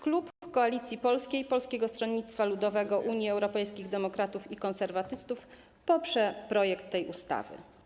Klub Koalicji Polskiej - Polskiego Stronnictwa Ludowego, Unii Europejskich Demokratów i Konserwatystów poprze projekt tej ustawy.